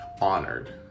honored